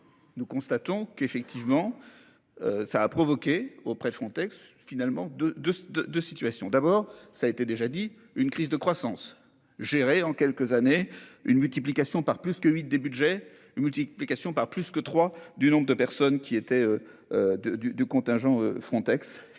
Nous constatons qu'effectivement. Ça a provoqué auprès de Frontex finalement de de de de situations, d'abord ça a été déjà dit une crise de croissance gérer en quelques années une multiplication par plus que 8 des Budgets une multiplication par plus que trois du nombre de personnes qui étaient. De du du contingent Frontex